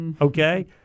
okay